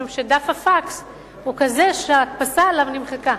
משום שדף הפקס הוא כזה שההדפסה עליו נמחקה.